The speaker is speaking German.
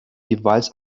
jeweils